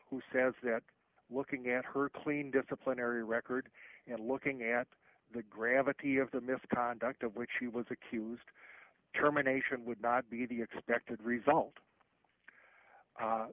who says that looking at her clean disciplinary record and looking at the gravity of the misconduct of which she was accused terminations would not be the expected result